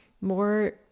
more